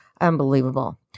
Unbelievable